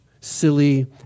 silly